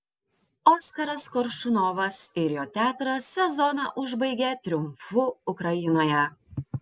oskaras koršunovas ir jo teatras sezoną užbaigė triumfu ukrainoje